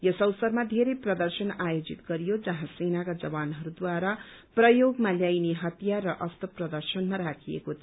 यस अवसरमा धेरै प्रदर्शन आयोजित गरियो जहाँ सेनाका जवानहरूद्वारा प्रयोगमा ल्याइने हतियार र अश्त्र प्रदर्शनमा राखिएको थियो